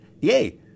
yay